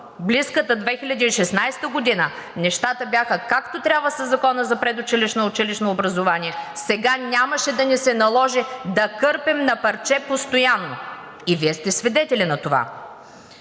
близката 2016 г., нещата бяха както трябва със Закона за предучилищното и училищното образование, сега нямаше да ни се наложи да кърпим на парче постоянно. Вие сте свидетели на това.